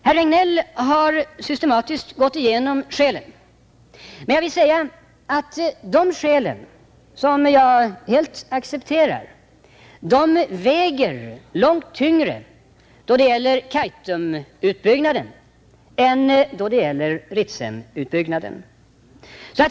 Herr Regnéll har systematiskt gått igenom skälen, men jag vill säga att de skälen, som jag helt accepterar, väger långt tyngre då det gäller Kaitumutbyggnaden än då det gäller Ritsemutbyggnaden.